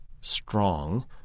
strong